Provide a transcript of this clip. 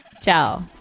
Ciao